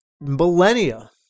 millennia